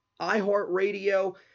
iHeartRadio